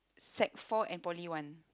sec four and poly one